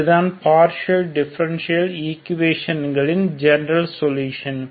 இது தான் partial differential ஈகுவேஷன்களின் ஜெனரல் சொலுஷன்